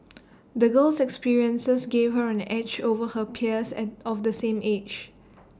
the girl's experiences gave her an edge over her peers at of the same age